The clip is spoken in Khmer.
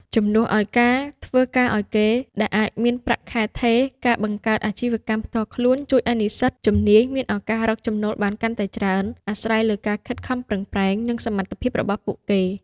ជំនួសឱ្យការធ្វើការឱ្យគេ ដែលអាចមានប្រាក់ខែថេរ ការបង្កើតអាជីវកម្មផ្ទាល់ខ្លួនជួយឱ្យនិស្សិតជំនាញមានឱកាសរកចំណូលបានកាន់តែច្រើន អាស្រ័យលើការខិតខំប្រឹងប្រែង និងសមត្ថភាពរបស់ពួកគេ។